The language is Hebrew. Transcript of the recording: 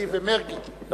מרגי ואני,